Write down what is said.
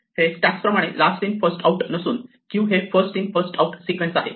हे स्टॅक प्रमाणे last in first out नसून क्यू हे first in first out sequence आहे